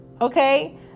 okay